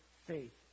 faith